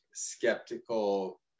Skeptical